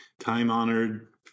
time-honored